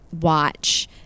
watch